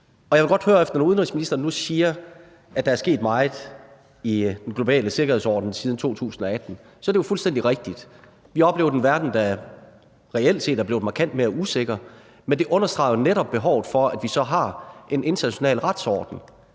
jeg vil godt, når udenrigsministeren nu siger, at der er sket meget i den globale sikkerhedsorden siden 2018, sige, at det jo er fuldstændig rigtigt. Vi har oplevet en verden, der reelt set er blevet markant mere usikker, men det understreger jo netop behovet for, at vi så har en international retsorden.